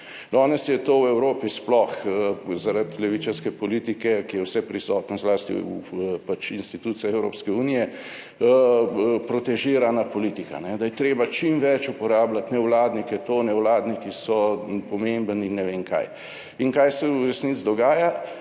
Danes je to v Evropi, sploh zaradi levičarske politike, ki je vseprisotna zlasti v pač institucijah Evropske unije, protežirana politika, da je treba čim več uporabljati nevladnike, nevladniki so pomemben in ne vem kaj. In kaj se v resnici dogaja?